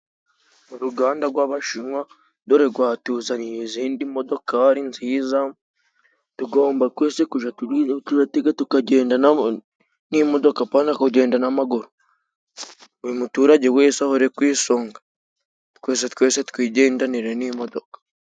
Uruganda rw'abashinwa dore rwatuzaniye izindi modokari nziza. Tugomba twese kujya dutega tukagenda n'imodoka, pana kugenda n'amaguru. Buri muturage wese ahore kwisonga, twese twese twigendanire n'imodoka.